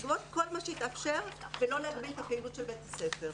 לגבות כל מה שיתאפשר כדי לא להגביל את הפעילות של בית הספר.